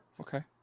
okay